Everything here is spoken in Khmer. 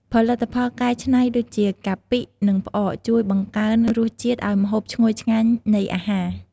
ផលិតផលកែច្នៃដូចជា កាពិ និងផ្អកជួយបង្កើនរសជាតិឱ្យម្ហូបឈ្ងុយឆ្ងាញ់នៃអាហារ។